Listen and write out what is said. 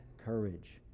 courage